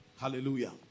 Hallelujah